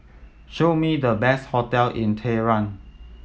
show me the best hotel in Tehran